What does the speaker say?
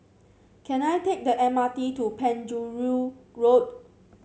can I take the M R T to Penjuru Road